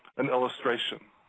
an illustration.